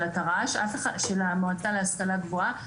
של המועצה להשכלה גבוהה,